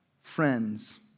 friends